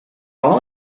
all